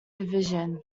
division